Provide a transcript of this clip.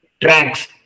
tracks